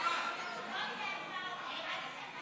לוועדה את הצעת חוק איסור כספים